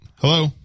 hello